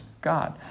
God